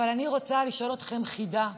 אבל אני רוצה לשאול אתכם חידה: